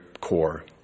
core